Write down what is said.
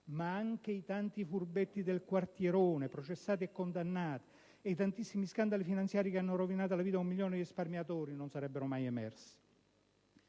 ma anche i tanti furbetti del "quartierone", processati e condannati, ed i tantissimi scandali finanziari che hanno rovinato la vita ad un milione di risparmiatori non sarebbero mai emersi.